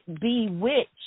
bewitch